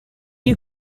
you